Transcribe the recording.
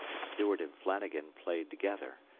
stuart and flanagan played together,